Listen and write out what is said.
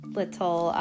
little